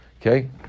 Okay